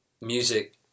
music